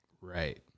right